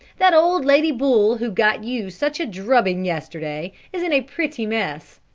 that old lady bull who got you such a drubbing yesterday, is in a pretty mess.